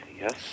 yes